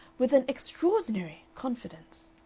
with an extraordinary, confidence.